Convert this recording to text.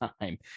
time